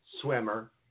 swimmer